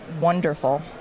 wonderful